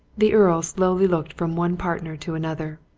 the earl slowly looked from one partner to another.